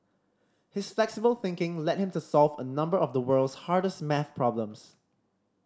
his flexible thinking led him to solve a number of the world's hardest maths problems